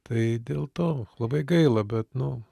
tai dėl to labai gaila bet nu